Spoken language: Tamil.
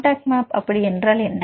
கான்டக்ட் மேப் அப்படி என்றால் என்ன